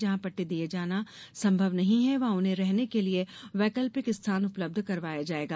जहाँ पट्टे दिये जाना संभव नहीं है वहाँ उन्हें रहने के लिये वैकल्पिक स्थान उपलब्ध करवाया जायेगा